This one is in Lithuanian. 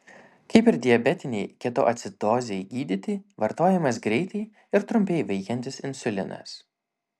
kaip ir diabetinei ketoacidozei gydyti vartojamas greitai ir trumpai veikiantis insulinas